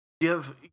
give